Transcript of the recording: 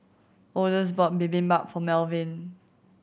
Odus bought Bibimbap for Malvin